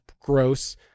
gross